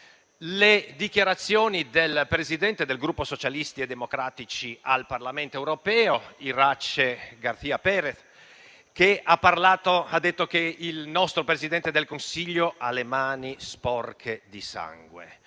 le dichiarazioni del presidente del gruppo dei Socialisti e Democratici al Parlamento europeo, Iratxe García Pérez, che ha detto che il nostro Presidente del Consiglio ha le mani sporche di sangue,